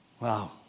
Wow